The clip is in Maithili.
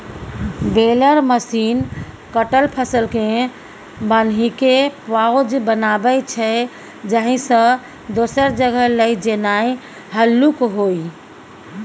बेलर मशीन कटल फसलकेँ बान्हिकेँ पॉज बनाबै छै जाहिसँ दोसर जगह लए जेनाइ हल्लुक होइ